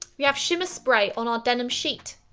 we have shimmer spray on our denim sheet.